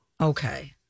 Okay